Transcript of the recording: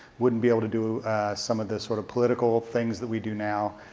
wouldn't be able to do some of the sort of political things that we do now.